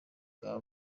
bwa